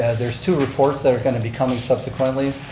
there's two reports that are going to be coming subsequently,